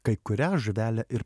kai kurią žuvelę ir